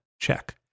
Check